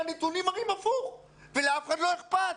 הנתונים מראים הפוך ולאף אחד לא אכפת.